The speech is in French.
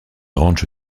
ranch